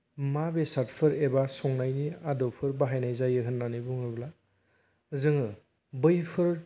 मा बेसादफोर एबा संनायनि आदबफोर बाहायनाय जायो होननानै बुङोब्ला जोङो बैफोर